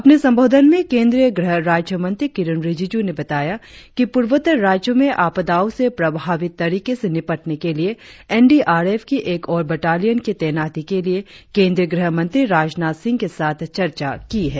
अपने संबोधन में केंद्रीय गृह राज्यमंत्री किरेन रिजिजू ने बताया कि पूर्वोत्तर राज्यों में आपदाओं से प्रभावी तरीके से निपटने के लिए एनडीआरएफ की एक और बटालियन की तैनाती के लिए केंद्रीय गृह मंत्री राजनाथ सिंह के साथ चर्चा की है